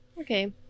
Okay